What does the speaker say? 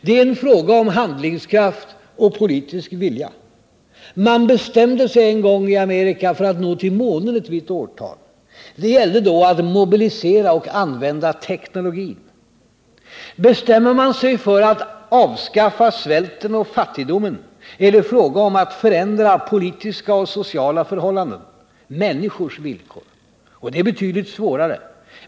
Det är en fråga om handlingskraft och politisk vilja. Man bestämde sig en gång i Amerika för att nå till månen ett visst årtal. Då gällde det att mobilisera och använda teknologin. Bestämmer man sig för att avskaffa svälten och fattigdomen, är det fråga om att förändra politiska och sociala förhållanden — människors villkor. Och det är betydligt svårare.